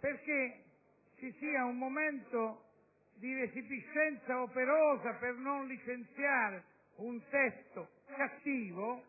perché ci sia un momento di resipiscenza operosa per non licenziare un testo cattivo,